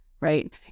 right